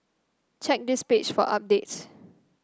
check this page for updates